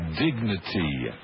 Dignity